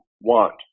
want